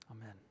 amen